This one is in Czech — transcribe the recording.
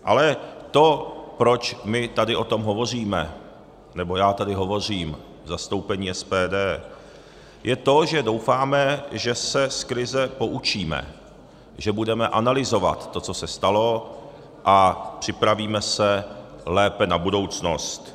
Ale to, proč my tady o tom hovoříme, nebo já tady hovořím v zastoupení SPD, je to, že doufáme, že se z krize poučíme, že budeme analyzovat to, co se stalo, a připravíme se lépe na budoucnost.